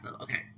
Okay